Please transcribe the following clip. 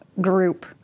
group